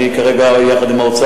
כרגע אני עובד על כך יחד עם האוצר,